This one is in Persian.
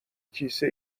کیسه